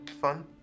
fun